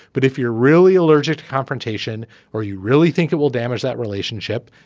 but if you're really allergic to confrontation or you really think it will damage that relationship.